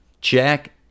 check